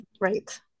Right